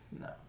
No